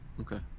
Okay